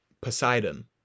Poseidon